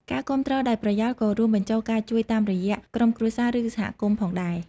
ការគាំទ្រដោយប្រយោលក៏រួមបញ្ចូលការជួយតាមរយៈក្រុមគ្រួសារ ឬ សហគមន៍ផងដែរ។